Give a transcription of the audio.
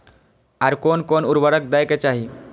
आर कोन कोन उर्वरक दै के चाही?